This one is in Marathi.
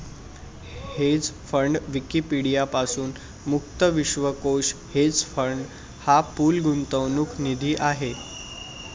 हेज फंड विकिपीडिया पासून मुक्त विश्वकोश हेज फंड हा पूल गुंतवणूक निधी आहे